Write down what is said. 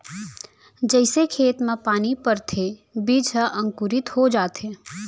जइसे खेत म पानी परथे बीजा ह अंकुरित हो जाथे